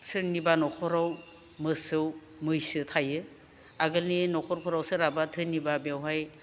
सोरनिबा न'खराव मोसौ मैसो थायो आगोलनि न'खरफोराव सोरहाबा धोनिबा बेवहाय